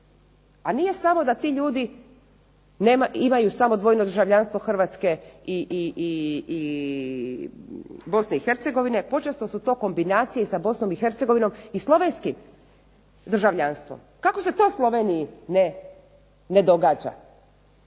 Nije samo da ti ljudi imaju dvojno državljanstvo Hrvatske i Bosne i Hercegovine, počesto su to kombinacije i sa Bosnom i Hercegovinom, i Slovenskim državljanstvom, kako se to Sloveniji ne događa.